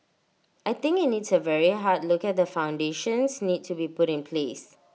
I think IT needs A very hard look at the foundations need to be put in place